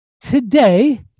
Today